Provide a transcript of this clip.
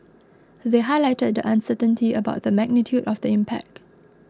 they highlighted the uncertainty about the magnitude of the impact